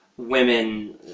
Women